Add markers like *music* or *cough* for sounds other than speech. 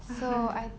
*noise*